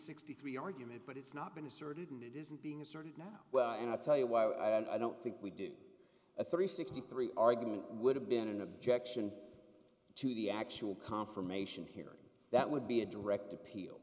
sixty three argument but it's not been asserted and it isn't being asserted now well and i'll tell you why i don't think we do a three sixty three argument would have been an objection to the actual confirmation hearing that would be a direct